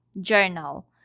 journal